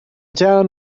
town